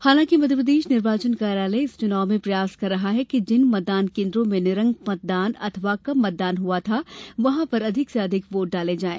हालांकि मध्यप्रदेश निर्वाचन कार्यालय इस चुनाव में प्रयास कर रहा है कि जिन मतदान केन्द्रों में निरंक मतदान अथवा कम मतदान हुआ था वहां पर अधिक से अधिक वोट डाले जायें